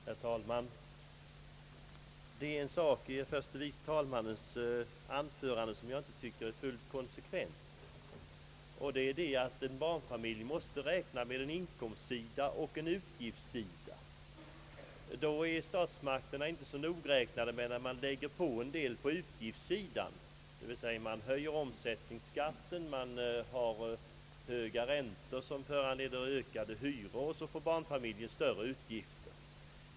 Herr talman! Det är en sak i herr förste vice talmannens anförande, som jag inte tycker är fullt konsekvent. Det är att en barnfamilj måste räkna med en inkomstsida och en utgiftssida. Statsmakterna är inte så nogräknade när de lägger på en del på utgiftssidan — man höjer omsättningsskatten och man har höga räntor som föranleder ökade hyror — och så får barnfamiljerna större utgifter.